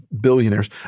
billionaires